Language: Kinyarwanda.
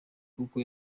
kuko